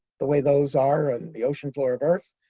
the way those are on the ocean floor of earth.